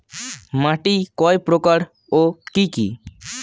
মাটি কয় প্রকার ও কি কি?